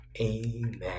amen